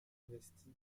investi